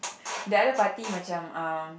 the other party macam um